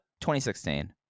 2016